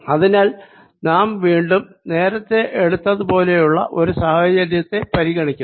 അതിനാൽ നാം വീണ്ടും നേരത്തെ എടുത്തത് പോലെയുള്ള ഒരു സാഹചര്യത്തെ പരിഗണിക്കുന്നു